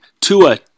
Tua